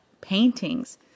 paintings